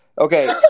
Okay